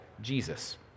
Jesus